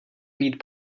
být